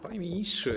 Panie Ministrze!